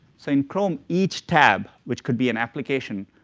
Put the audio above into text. so in chrome, each tab, which could be an application,